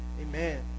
amen